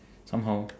somehow